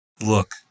look